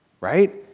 right